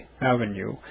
Avenue